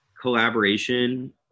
collaboration